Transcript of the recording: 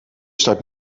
start